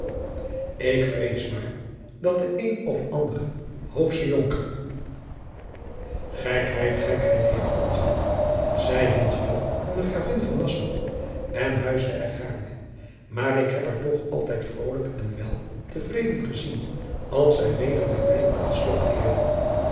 ik vrees maar dat de een of ander hoofsche jonker gekheid gekheid heer ambtman zij hield veel van de gravin van nassau en huisde er gaarne maar ik heb haar toch altijd vrolijk en wel te vreden gezien als zij weder bij mij op het slot keerde